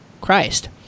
Christ